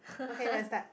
okay let's start